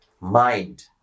Mind